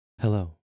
Hello